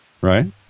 right